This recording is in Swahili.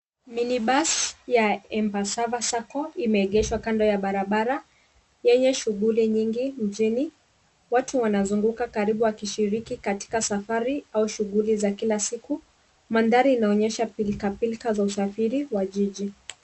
MInibus ya Embasavva Sacco imeegeshwa kando ya barabara yenye shughuli nyingi mjini. Watu wanazunguka karibu wakishiriki katika safari au shughuli za kila siku . Mandhari inaonyesha pilka pilka za usafiri wa jiji.